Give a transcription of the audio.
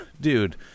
dude